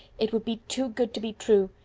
it would be too good to be true.